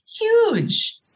huge